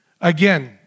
Again